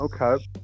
Okay